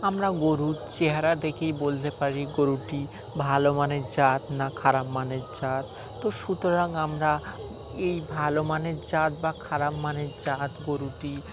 আমরা গরুর চেহারা দেখেই বলতে পারি গরুটি ভালো মানের জাত না খারাপ মানের জাত তো সুতরাং আমরা এই ভালো মানের জাত বা খারাপ মানের জাত গরুটি